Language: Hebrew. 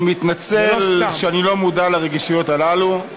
אני מתנצל שאני לא מודע לרגישויות הללו.